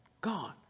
gone